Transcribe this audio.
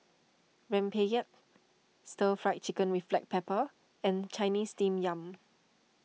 Rempeyek Stir Fried Chicken with Black Pepper and Chinese Steamed Yam